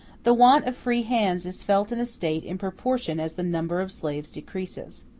the want of free hands is felt in a state in proportion as the number of slaves decreases.